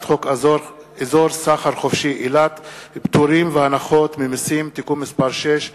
חוק אזור סחר חופשי אילת (פטורים והנחות ממסים) (תיקון מס' 6),